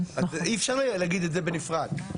במחקרים.